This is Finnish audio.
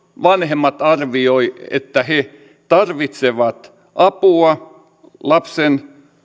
vanhemmat arvioivat että he tarvitsevat apua lapsen